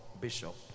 Bishop